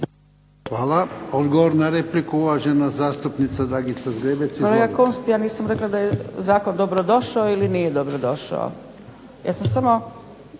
Hvala. Odgovor na repliku, uvažena zastupnica Dragica Zgrebec.